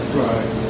right